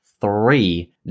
three